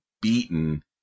beaten